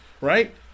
right